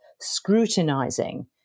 scrutinizing